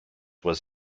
was